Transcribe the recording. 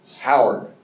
Howard